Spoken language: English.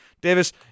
Davis